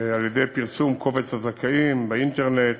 על-ידי פרסום קובץ הזכאים באינטרנט